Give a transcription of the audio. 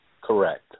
correct